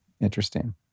interesting